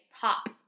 pop